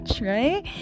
right